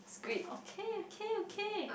okay okay okay